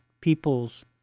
people's